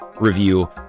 review